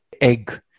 egg